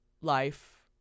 life